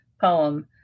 Poem